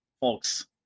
folks